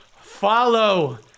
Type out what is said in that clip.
follow